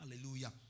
Hallelujah